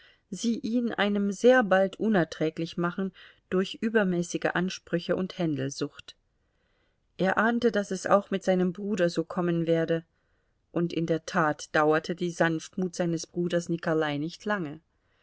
sie ihn einem sehr bald unerträglich machen durch übermäßige ansprüche und händelsucht er ahnte daß es auch mit seinem bruder so kommen werde und in der tat dauerte die sanftmut seines bruders nikolai nicht lange